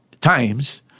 times